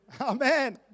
Amen